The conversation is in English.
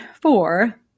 four